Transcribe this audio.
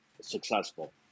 successful